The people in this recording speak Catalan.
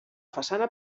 façana